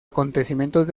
acontecimientos